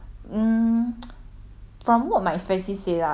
from what my facis say lah if you want to do something like